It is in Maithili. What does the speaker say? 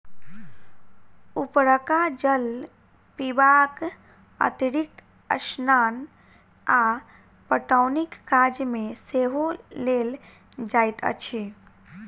उपरका जल पीबाक अतिरिक्त स्नान आ पटौनीक काज मे सेहो लेल जाइत अछि